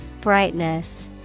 Brightness